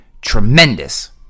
tremendous